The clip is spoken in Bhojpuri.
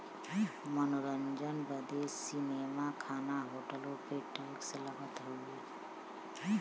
मनोरंजन बदे सीनेमा, खाना, होटलो पे टैक्स लगत हउए